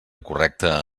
correcte